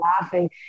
laughing